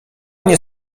nie